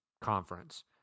conference